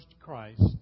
Christ